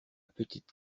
petite